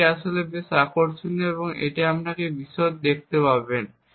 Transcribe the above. এবং এটি আসলে বেশ আকর্ষণীয় এবং আপনি এটিকে আরও বিশদে দেখতে পারেন